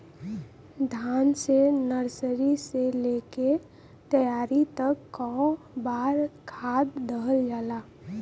धान के नर्सरी से लेके तैयारी तक कौ बार खाद दहल जाला?